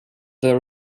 the